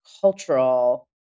cultural